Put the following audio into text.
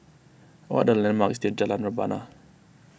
what are the landmarks near Jalan Rebana